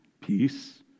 peace